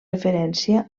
referència